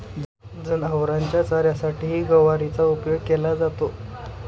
जनावरांच्या चाऱ्यासाठीही गवारीचा उपयोग केला जातो